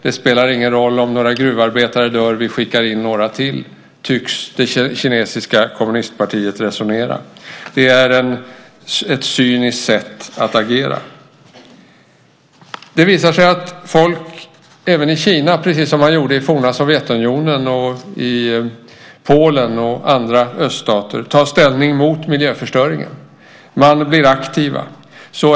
Det spelar ingen roll om några gruvarbetare dör, vi skickar in några till. Så tycks det kinesiska kommunistpartiet resonera. Det är ett cyniskt sätt att agera. Det visar sig att folk även i Kina tar ställning mot miljöförstöringen, precis som man gjorde i forna Sovjetunionen, Polen och andra öststater. De blir aktiva.